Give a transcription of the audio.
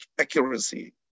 accuracy